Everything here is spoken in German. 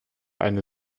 eine